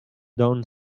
down